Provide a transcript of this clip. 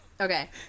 Okay